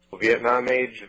Vietnam-age